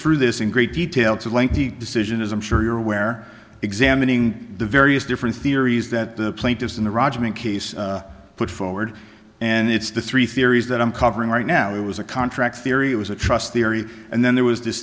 through this in great detail to a lengthy decision as i'm sure you're aware examining the various different theories that the plaintiffs in the rajma case put forward and it's the three theories that i'm covering right now it was a contract theory it was a trust theory and then there was this